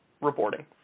reporting